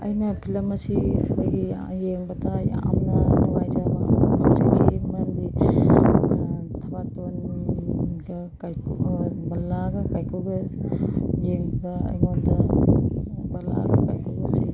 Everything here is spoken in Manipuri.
ꯑꯩꯅ ꯐꯤꯂꯝ ꯑꯁꯤ ꯑꯩꯈꯣꯏꯒꯤ ꯌꯦꯡꯕꯗ ꯌꯥꯝꯅ ꯅꯨꯡꯉꯥꯏꯖꯕ ꯑꯃ ꯑꯣꯏꯖꯈꯤ ꯃꯔꯝꯗꯤ ꯊꯕꯥꯇꯣꯟꯒ ꯀꯥꯏꯀꯨꯒ ꯕꯂꯥꯒ ꯀꯥꯏꯀꯨꯒ ꯌꯦꯡꯕ ꯑꯩꯉꯣꯟꯗ ꯕꯂꯥꯒ ꯀꯥꯏꯀꯨꯒꯁꯤ